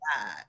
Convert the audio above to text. God